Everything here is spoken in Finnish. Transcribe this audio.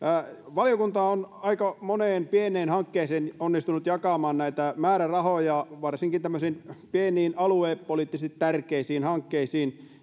valiokunta on aika moneen pieneen hankkeeseen onnistunut jakamaan näitä määrärahoja varsinkin tämmöisiin pieniin aluepoliittisesti tärkeisiin hankkeisiin